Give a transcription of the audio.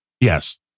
Yes